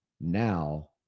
now